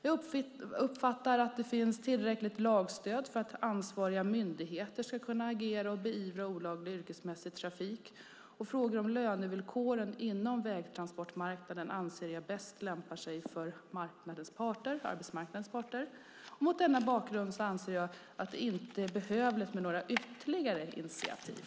Jag uppfattar att det finns tillräckligt lagstöd för att ansvariga myndigheter ska kunna agera och beivra olaglig yrkesmässig trafik. Frågor om lönevillkoren inom vägtransportmarknaden anser jag bäst lämpar sig för arbetsmarknadens parter. Mot denna bakgrund anser jag att det inte är behövligt med några ytterligare initiativ.